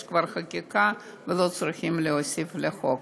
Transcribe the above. יש כבר חקיקה, ולא צריכים להוסיף לחוק.